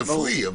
הרפואי.